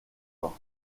vent